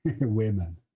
women